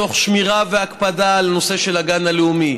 תוך שמירה והקפדה על הנושא של הגן הלאומי,